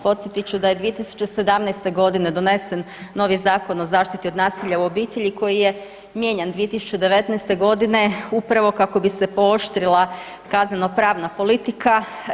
Podsjetit ću da je 2017. godine donesen novi Zakon o zaštiti od nasilja u obitelji koji je mijenjan 2019. godine upravo kako bi se pooštrila kazneno-pravna politika.